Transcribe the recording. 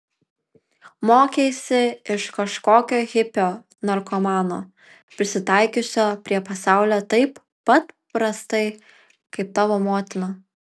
mokeisi iš kažkokio hipio narkomano prisitaikiusio prie pasaulio taip pat prastai kaip tavo motina